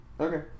Okay